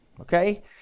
Okay